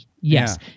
yes